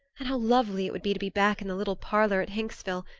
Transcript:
and how lovely it would be to be back in the little parlor at hinksville,